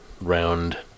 round